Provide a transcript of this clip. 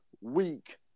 week